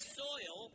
soil